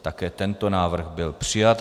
Také tento návrh byl přijat.